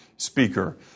Speaker